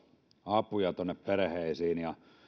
apuja tuonne perheisiin